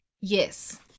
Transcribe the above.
Yes